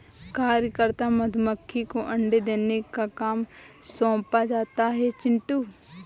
कार्यकर्ता मधुमक्खी को अंडे देने का काम सौंपा जाता है चिंटू